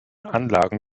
anlagen